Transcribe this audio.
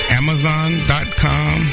amazon.com